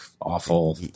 awful